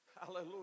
hallelujah